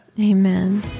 Amen